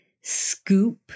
scoop